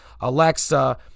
Alexa